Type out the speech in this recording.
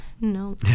No